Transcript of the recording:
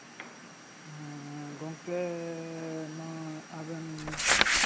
ᱜᱚᱢᱠᱮ ᱟᱵᱮᱱ